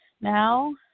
Now